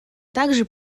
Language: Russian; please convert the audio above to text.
также